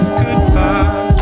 goodbye